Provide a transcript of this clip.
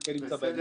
כן ימצא בהם שימוש.